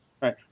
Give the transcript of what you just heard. Right